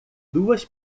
duas